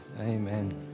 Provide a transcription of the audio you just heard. Amen